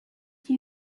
射击